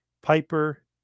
Piper